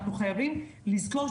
אנחנו חייבים לזכור,